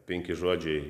penki žodžiai